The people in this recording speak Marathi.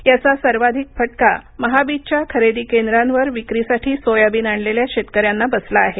याचा सर्वाधिक फटका महाबीजच्या खरेदी केंद्रावर विक्री साठी सोयाबीन आणलेल्या शेतकऱ्यांना बसला आहे